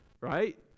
right